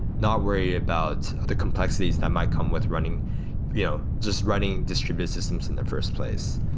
not worry about the complexities that might come with running yeah just running distributed systems in the first place.